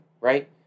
right